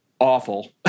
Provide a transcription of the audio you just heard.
awful